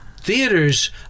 theaters